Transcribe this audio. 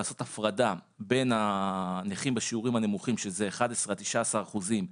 לעשות הפרדה בין הנכים בשיעורים הנמוכים שזה 11-19 אחוזים,